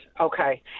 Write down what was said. Okay